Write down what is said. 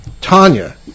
Tanya